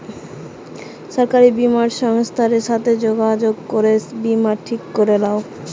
সরকারি বীমা সংস্থার সাথে যোগাযোগ করে বীমা ঠিক করে লাও